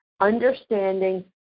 Understanding